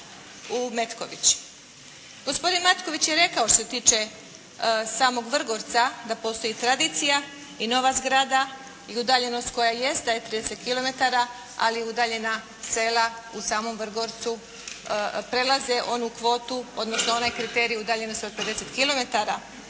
u Metković. Gospodin Matković je rekao što se tiče samog Vrgorca da postoji tradicija i nova zgrada i udaljenost koja jeste 30 kilometara, ali udaljena sela u samom Vrgorcu prelaze onu kvotu odnosno onaj kriterij udaljenosti od 50